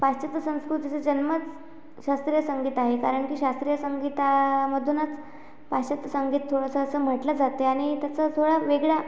पाश्चत्य संस्कृतीचा जन्मच शास्त्रीय संगीत आहे कारण की शास्त्रीय संगीतामधूनच पाश्चत्य संगीत थोडंसं असं म्हटलं जाते आणि त्याचा थोडा वेगळा